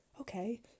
okay